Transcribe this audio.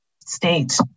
state